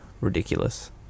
ridiculous